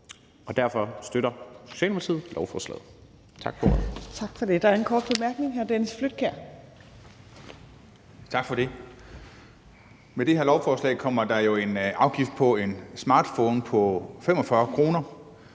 og derfor støtter Socialdemokratiet lovforslaget.